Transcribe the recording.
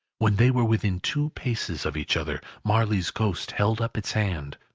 when they were within two paces of each other, marley's ghost held up its hand,